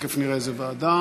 להעביר את הנושא לוועדת החינוך,